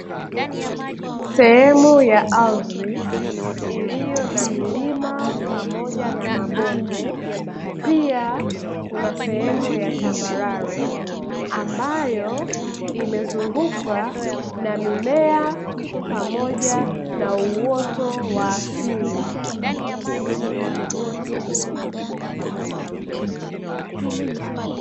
Sehemu ya ardhi, iliyo na milima pamoja na mabonde, pia kuna sehemu ya tambarare, ambayo imezungukwa na mimea, pamoja na uoto wa asili.